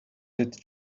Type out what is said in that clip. that